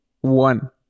One